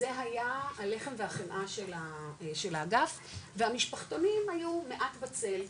זה היה הלחם והחמאה של האגף והמשפחתונים היו מעט בצל,